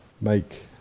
make